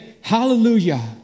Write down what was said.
hallelujah